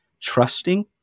trusting